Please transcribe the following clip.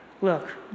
look